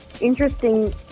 interesting